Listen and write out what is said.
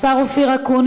השר אופיר אקוניס.